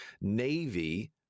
Navy